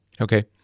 Okay